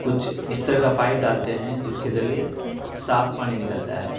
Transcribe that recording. کچھ اس طرح کا پائپ ڈالتے ہیں جس کے ذریعے صاف پانی نکلتا ہے